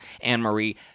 Anne-Marie